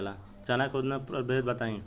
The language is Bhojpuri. चना के उन्नत प्रभेद बताई?